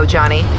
Johnny